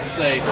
say